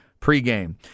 pregame